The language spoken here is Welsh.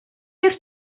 fydd